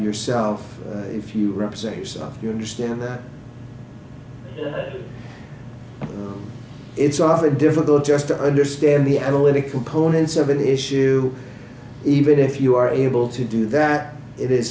yourself if you represent yourself you understand that it's awfully difficult just to understand the analytic components of an issue even if you are able to do that it is